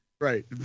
Right